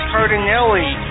Cardinelli